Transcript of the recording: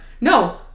No